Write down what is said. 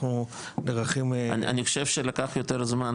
אנחנו --- אני חושב שלקח יותר זמן,